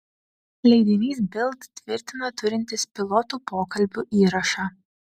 leidinys bild tvirtina turintis pilotų pokalbių įrašą